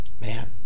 Man